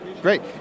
Great